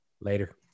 Later